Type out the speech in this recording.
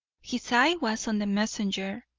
his eye was on the messenger,